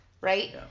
Right